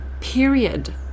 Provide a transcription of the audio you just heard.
period